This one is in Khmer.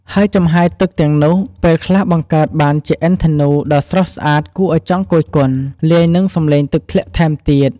ហើយចំហាយទឹកទាំងនោះ ពេលខ្លះបង្កើតបានជាឥន្ធនូដ៏ស្រស់ស្អាតគួរឱ្យចង់គយគន់ លាយនឹងសម្លេងទឹកធ្លាក់ថែមទៀត។